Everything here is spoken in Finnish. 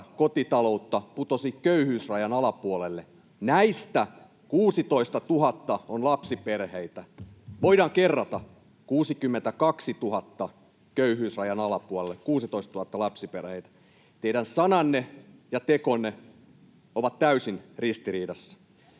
kotitaloutta putosi köyhyysrajan alapuolelle. Näistä 16 000 on lapsiperheitä. Voidaan kerrata: 62 000 köyhyysrajan alapuolelle, 16 000 lapsiperhettä. Teidän sananne ja tekonne ovat täysin ristiriidassa.